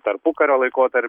tarpukario laikotar